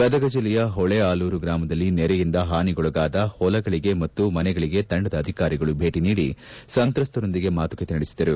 ಗದಗ ಜಿಲ್ಲೆಯ ಹೊಳೆಆಲೂರ ಗ್ರಾಮದಲ್ಲಿ ನೆರೆಯಿಂದ ಹಾನಿ ಗೊಳಗಾದ ಹೊಲ ಮತ್ತು ಮನೆಗಳಿಗೆ ತಂಡದ ಅಧಿಕಾರಿಗಳು ಭೇಟ ನೀಡಿ ಸಂತ್ರಸ್ತರೊಂದಿಗೆ ಮಾತುಕತೆ ನಡೆಸಿದರು